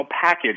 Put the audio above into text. package